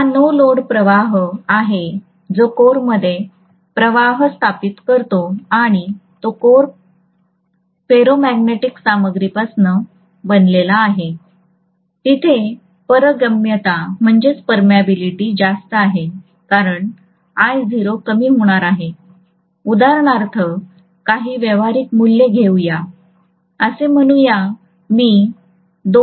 हा no load प्रवाह आहे जो कोरमध्ये प्रवाह स्थापित करतो आणि तो कोर फेरोमॅग्नेटिक सामग्रीपासून बनलेला आहे तिथे पारगम्यता जास्त आहे कारण I0 कमी होणार आहे उदाहरणार्थ काही व्यावहारिक मूल्ये घेऊ या असे म्हणूया मी 2